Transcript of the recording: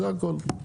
זה הכול.